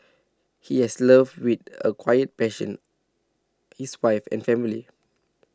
he has loved with a quiet passion his wife and family